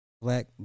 black